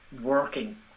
working